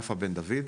יפה בן דויד,